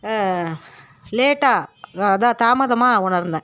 லேட்டாக அதுதான் தாமதமாக உணர்ந்தேன்